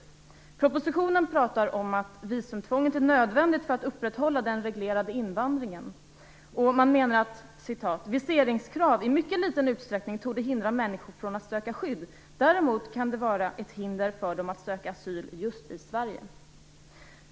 I propositionen talas det om att "visumtvånget är nödvändigt för att upprätthålla den reglerade invandringen", och man menar att "viseringskrav endast i mycket liten utsträckning torde hindra människor från att söka skydd, däremot kan det vara ett hinder för dem att söka asyl just i Sverige".